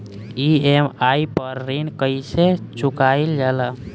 EMI पर ऋण कईसे चुकाईल जाला?